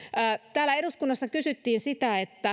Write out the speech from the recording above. täällä eduskunnassa kysyttiin sitä